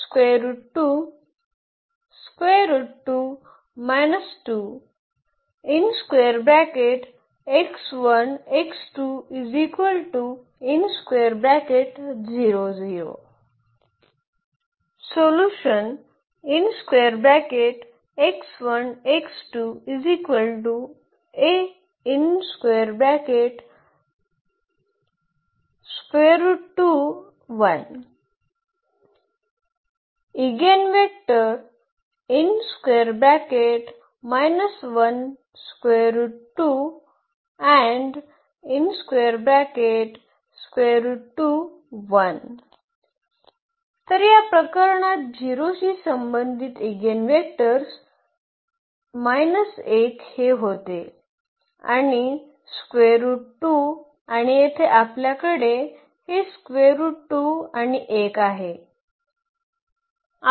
eigenvector तर या प्रकरणात 0 शी संबंधित इगेनवेक्टर्स 1 हे होते आणि आणि येथे आपल्याकडे हे आणि 1 आहे